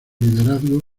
liderazgo